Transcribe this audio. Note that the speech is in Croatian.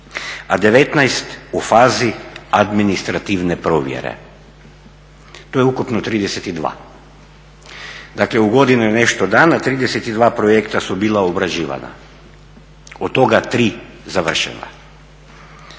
a 19 u fazi administrativne provjere. To je ukupno 32. Dakle u godinu i nešto dana 32 projekta su bila obrađivana, od toga 3 završena.